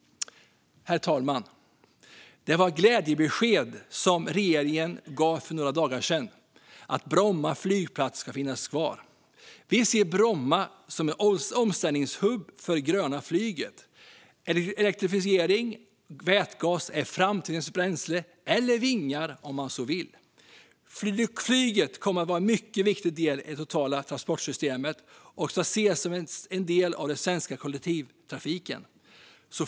Herr talman! Det var ett glädjebesked som regeringen gav för några dagar sedan: Bromma flygplats ska finnas kvar. Vi ser Bromma som en omställningshubb för det gröna flyget. Elektrifiering och vätgas är framtidens bränsle, eller vingar om man så vill. Flyget kommer att vara en mycket viktig del i det totala transportsystemet och ska ses som en del av den svenska kollektivtrafiken.